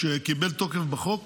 שקיבל תוקף בחוק,